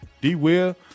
D-Will